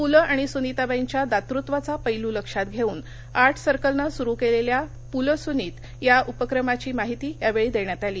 पुल आणि सुनीताबाईंच्या दातृत्वाचा पैलू लक्षात घेऊन आर्ट सर्कलनं सुरू केलेल्या पुलसुनीत या उपक्रमाची माहिती यावेळी देण्यात आली